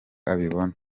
abibona